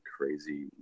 crazy